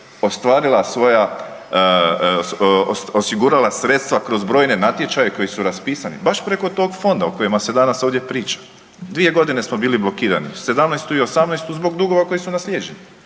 osigurala sredstva kroz brojne natječaje koji su raspisani baš preko tog fonda o kojima se danas ovdje priča. Dvije godine smo bili blokirani '17., '18.zbog dugova koji su naslijeđeni,